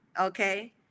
Okay